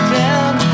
down